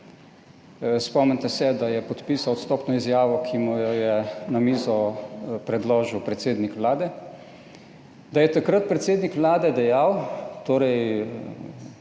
spomnite se, da je podpisal odstopno izjavo, ki mu jo je na mizo predložil predsednik Vlade, da je takrat predsednik Vlade dejal, torej